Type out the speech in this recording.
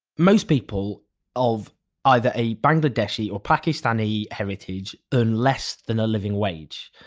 most people of either a bangladeshi or pakistani heritage earn less than a living wage.